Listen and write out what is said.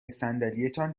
صندلیتان